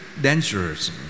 dangerous